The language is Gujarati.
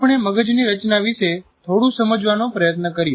આપણે મગજની રચના વિશે થોડું સમજવાનો પ્રયત્ન કર્યો